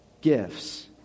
gifts